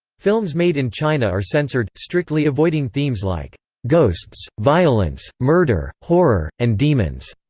films made in china are censored, strictly avoiding themes like ghosts, violence, murder, horror, and demons.